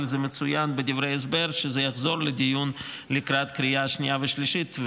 אבל זה מצוין בדברי ההסבר שזה יחזור לדיון לקראת קריאה שנייה ושלישית,